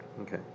Okay